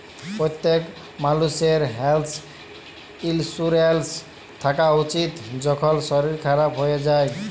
প্যত্তেক মালুষের health insurance থ্যাকা উচিত, কখল শরীর খারাপ হয়ে যায়